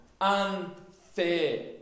Unfair